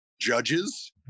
judges